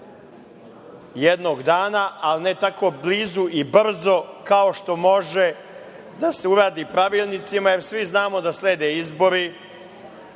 jednog dana, ali ne tako blizu i brzo, kao što može da se uradi pravilnicima. Svi znamo da slede izbori,